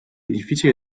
difficile